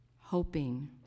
hoping